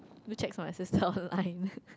do checks on my sister online